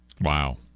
Wow